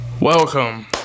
Welcome